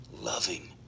loving